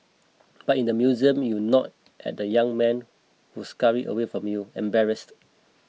but in the museum you nod at the young men who scurry away from you embarrassed